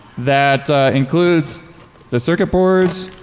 that includes the circuit boards,